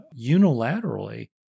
unilaterally